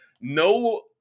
no